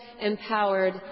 empowered